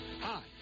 Hi